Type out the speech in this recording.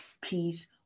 peace